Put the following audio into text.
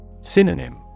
Synonym